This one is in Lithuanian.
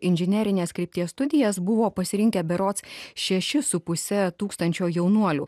inžinerinės krypties studijas buvo pasirinkę berods šeši su puse tūkstančio jaunuolių